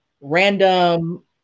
random